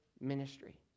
ministry